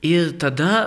ir tada